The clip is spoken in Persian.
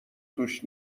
توش